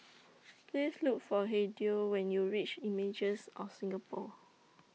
Please Look For Hideo when YOU REACH Images of Singapore